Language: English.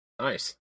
Nice